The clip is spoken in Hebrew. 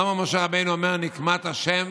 למה משה רבנו אומר "נקמת ה"?